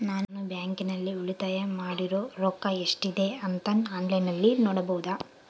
ನಾನು ಬ್ಯಾಂಕಿನಲ್ಲಿ ಉಳಿತಾಯ ಮಾಡಿರೋ ರೊಕ್ಕ ಎಷ್ಟಿದೆ ಅಂತಾ ಆನ್ಲೈನಿನಲ್ಲಿ ನೋಡಬಹುದಾ?